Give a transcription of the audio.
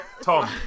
Tom